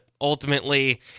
ultimately